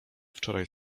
wczoraj